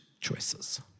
choices